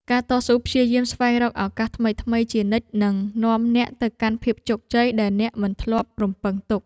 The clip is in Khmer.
ការតស៊ូព្យាយាមស្វែងរកឱកាសថ្មីៗជានិច្ចនឹងនាំអ្នកទៅកាន់ភាពជោគជ័យដែលអ្នកមិនធ្លាប់រំពឹងទុក។